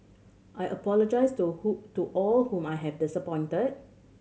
I apologise to who to all whom I have disappointed